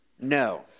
No